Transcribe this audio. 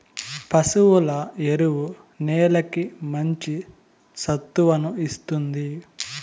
పశువుల ఎరువు నేలకి మంచి సత్తువను ఇస్తుంది